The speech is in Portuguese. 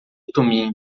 tumim